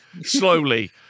slowly